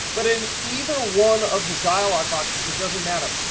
but in either one of the dialog boxes, it doesn't matter.